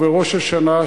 ראש הממשלה,